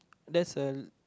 that's a